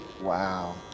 Wow